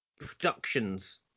productions